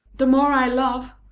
the more i love,